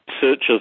searches